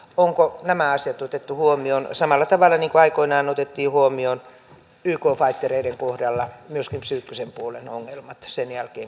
onko nämä asiat otettu huomioon samalla tavalla niin kuin aikoinaan otettiin huomioon yk faittereiden kohdalla myöskin psyykkisen puolen ongelmat sen jälkeen kun tultiin kotiin